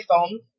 phone